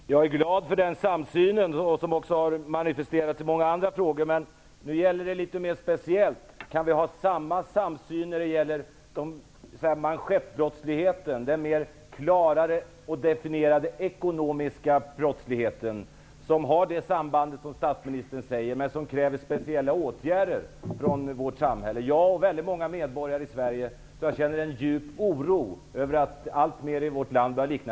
Herr talman! Jag är glad för denna samsyn, som manifesterats i många andra frågor, men här är det litet speciellt. Kan vi ha samma syn då det gäller manschettbrottsligheten, där den klarare definierade ekonomiska brottsligheten har de samband som statsministern nämnde och som kräver speciella åtgärder från vårt samhälle? Jag och väldigt många medborgare i Sverige känner en djup oro över att alltmer i vårt land börjar likna